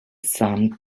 sun